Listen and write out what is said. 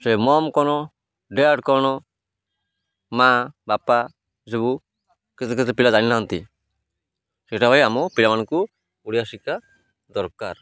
ସେ ମମ୍ କ'ଣ ଡାଡ଼ କ'ଣ ମାଆ ବାପା ସବୁ କେତେ କେତେ ପିଲା ଜାଣିନାହାନ୍ତି ସେଇଟା ଭାଇ ଆମ ପିଲାମାନଙ୍କୁ ଓଡ଼ିଆ ଶିକ୍ଷା ଦରକାର